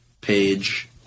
page